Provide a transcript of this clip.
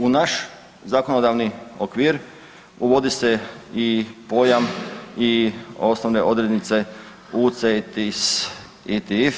U naš zakonodavni okvir uvodi se i pojam i osnovne odrednice UCITS ETF,